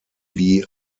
wie